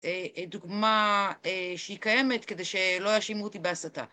דוגמה שהיא קיימת כדי שלא יאשימו אותי בהסתה